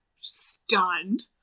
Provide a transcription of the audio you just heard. stunned